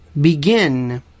begin